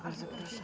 Bardzo proszę.